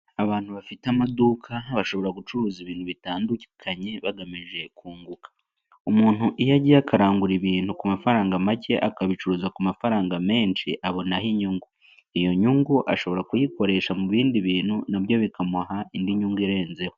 Abantu bafite amaduka bashobora gucuruza ibintu bitandukanye bagamije kunguka. Umuntu iyo agiye akarangura ibintu ku mafaranga make akabicuruza ku mafaranga menshi abonaho inyungu. Iyo nyungu ashobora kuyikoresha mu bindi bintu nabyo bikamuha indi nyungu irenzeho.